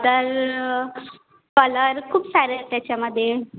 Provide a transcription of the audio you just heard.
तर कलर खूप सारे आहेत त्याच्यामध्ये